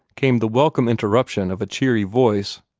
came the welcome interruption of a cheery voice.